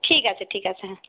ঠিক আছে ঠিক আছে হ্যাঁ